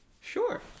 Sure